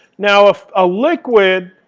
now, if a liquid,